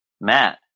Matt